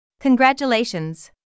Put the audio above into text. Congratulations